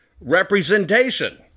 representation